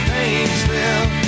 Painesville